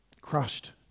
crushed